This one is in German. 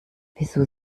wieso